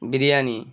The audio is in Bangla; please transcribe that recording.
বিরিয়ানি